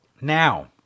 Now